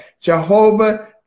Jehovah